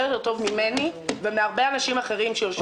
יותר טוב ממני ומהרבה אנשים אחרים שיושבים פה.